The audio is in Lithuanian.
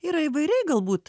yra įvairiai galbūt